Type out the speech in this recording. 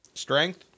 Strength